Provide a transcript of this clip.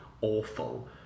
awful